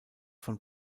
von